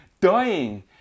dying